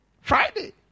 Friday